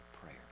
prayer